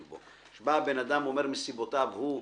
בו בא בן אדם ואומר מסיבותיו הוא,